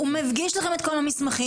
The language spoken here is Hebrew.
הוא מגיש לכם את כל המסמכים,